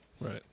Right